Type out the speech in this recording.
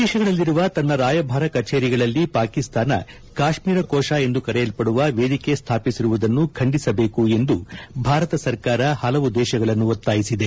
ವಿದೇಶಗಳಲ್ಲಿರುವ ತನ್ನ ರಾಯಭಾರ ಕಚೇರಿಗಳಲ್ಲಿ ಪಾಕಿಸ್ತಾನ ಕಾಶ್ಮೀರ ಕೋಶ ಎಂದು ಕರೆಯಲ್ಪಡುವ ವೇದಿಕೆ ಸ್ಟಾಪಿಸಿರುವುದನ್ನು ಖಂಡಿಸಬೇಕು ಎಂದು ಭಾರತ ಸರ್ಕಾರ ಹಲವು ದೇಶಗಳನ್ನು ಒತ್ತಾಯಿಸಿದೆ